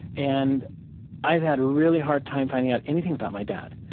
and i've had a really hard time finding out anything about my dad.